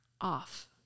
off